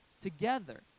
together